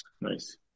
Nice